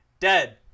dead